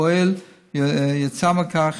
וכפועל יוצא מכך,